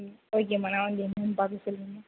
ம் ஓகேம்மா நான் வந்து என்னென்று பார்த்துட்டு சொல்கிறேம்மா